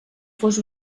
fos